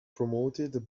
promoted